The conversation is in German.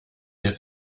hier